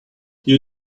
you